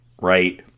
Right